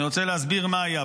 אני רוצה להסביר מה היה.